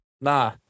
Nah